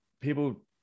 people